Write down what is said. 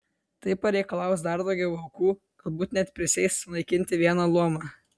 tai pareikalaus dar daugiau aukų galbūt net prisieis sunaikinti vieną luomą